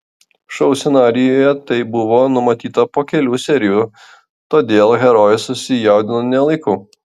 šou scenarijuje tai buvo numatyta po kelių serijų todėl herojus susijaudino ne laiku